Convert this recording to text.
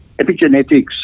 Epigenetics